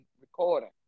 recording